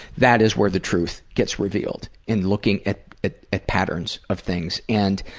that is where the truth gets revealed, in looking at ah at patterns of things. and